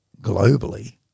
globally